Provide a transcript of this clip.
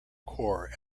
core